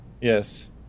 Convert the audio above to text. Yes